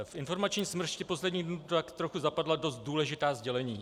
V informační smršti posledních dnů tak trochu zapadla dost důležitá sdělení.